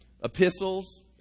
epistles